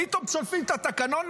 פתאום שולפים את התקנון,